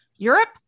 Europe